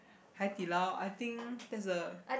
Hai-Di-Lao I think that's the